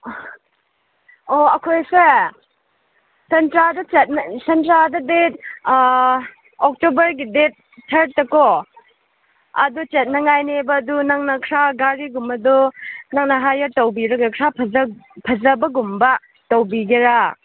ꯑꯣ ꯑꯩꯈꯣꯏꯁꯦ ꯁꯦꯟꯗ꯭ꯔꯥꯗ ꯁꯦꯟꯗ꯭ꯔꯥꯗ ꯗꯦꯗ ꯑꯣꯛꯇꯣꯕꯔꯒꯤ ꯗꯦꯗ ꯊꯥꯔꯠꯇꯀꯣ ꯑꯗ ꯆꯠꯅꯤꯡꯉꯥꯏꯅꯦꯕ ꯑꯗꯨ ꯅꯪꯅ ꯈꯔ ꯒꯥꯔꯤꯒꯨꯝꯕꯗꯣ ꯅꯪ ꯍꯥꯌꯔ ꯇꯧꯕꯤꯔꯒ ꯈꯔ ꯐꯖꯕꯒꯨꯝꯕ ꯇꯧꯕꯤꯒꯦꯔꯥ